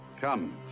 Come